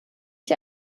ich